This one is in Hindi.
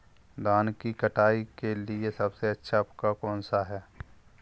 धान की कटाई के लिए सबसे अच्छा उपकरण कौन सा है?